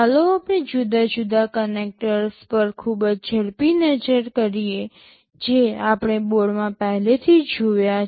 ચાલો આપણે જુદા જુદા કનેક્ટર્સ પર ખૂબ જ ઝડપી નજર કરીએ જે આપણે બોર્ડમાં પહેલેથી જોયા છે